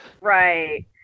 Right